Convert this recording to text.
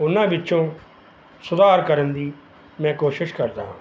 ਉਹਨਾਂ ਵਿੱਚੋਂ ਸੁਧਾਰ ਕਰਨ ਦੀ ਮੈਂ ਕੋਸ਼ਿਸ਼ ਕਰਦਾ ਹਾਂ